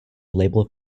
label